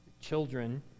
children